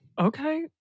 Okay